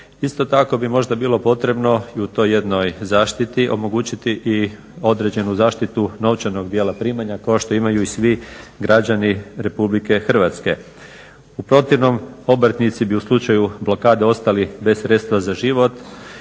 isto tako bi možda bilo potrebno i u toj jednoj zaštiti omogućiti i određenu zaštitu novčanog dijela primanja kao što imaju i svi građani RH. U protivnom obrtnici bi u slučaju blokade ostali bez sredstva za život,